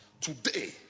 Today